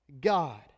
God